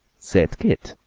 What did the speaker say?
said keith.